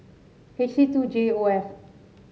H C two J O F